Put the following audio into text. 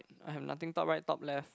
I have nothing top right top left